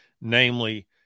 namely